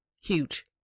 huge